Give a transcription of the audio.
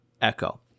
Echo